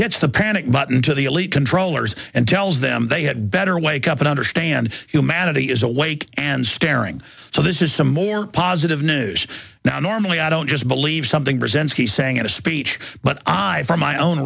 hits the panic button to the elite controllers and tells them they had better wake up and understand humanity is awake and staring so this is some more positive news now normally i don't just believe something presents he saying in a speech but from my own